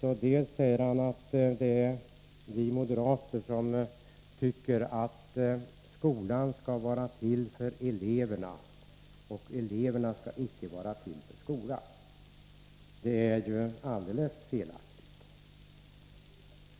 Gunnar Hökmark menar att det bara är moderaterna som anser att skolan skall vara till för eleverna och inte tvärtom. Det är ju alldeles felaktigt.